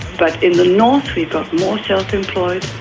but in the north we've got more self-employed,